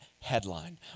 headline